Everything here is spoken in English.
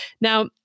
Now